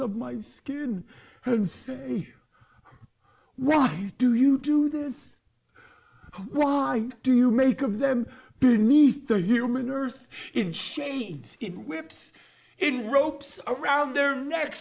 of my skin why do you do this why do you make of them meet the human earth in shades whips in ropes around their neck